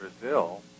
Brazil